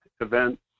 events